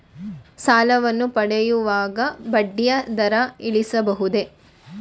ಸಾಲವನ್ನು ಪಡೆಯುವಾಗ ಬಡ್ಡಿಯ ದರ ತಿಳಿಸಬಹುದೇ?